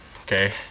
Okay